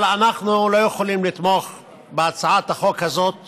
אבל אנחנו לא יכולים לתמוך בהצעת החוק הזאת